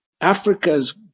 Africa's